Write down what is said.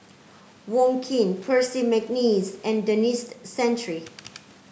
Wong Keen Percy McNeice and Denis Santry